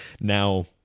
now